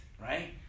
right